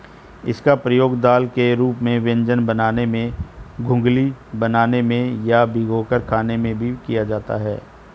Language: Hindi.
इसका प्रयोग दाल के रूप में व्यंजन बनाने में, घुघनी बनाने में या भिगोकर खाने में भी किया जाता है